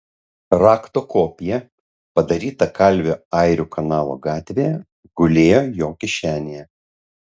rakto kopija padaryta kalvio airių kanalo gatvėje gulėjo jo kišenėje